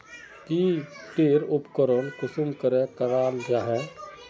की टेर उपकरण कुंसम करे कराल जाहा जाहा?